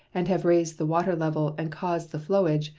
and have raised the water level and caused the flowage,